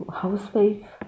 housewife